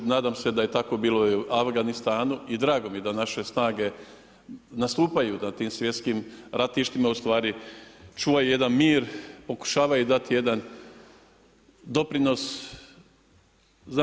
Nadam se da je tako bili i u Afganistanu i drago mi je da naše snage nastupaju na tim svjetskim ratištima, u stvari čuvaju jedan mir, pokušavaju dati jedan doprinos.